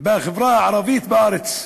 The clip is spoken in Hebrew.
בחברה הערבית בארץ?